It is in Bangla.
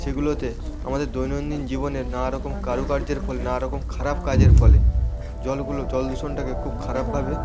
সেগুলোতে আমাদের দৈনন্দিন জীবনের নানা রকম কারুকার্যের ফলে নানা রকম খারাপ কাজের ফলে জলগুলো জল দূষণটাকে খুব খারাপভাবে